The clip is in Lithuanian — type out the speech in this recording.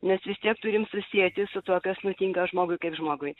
nes vis tiek turim susieti su tuo kas nutinka žmogui kaip žmogui